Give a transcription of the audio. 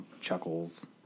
chuckles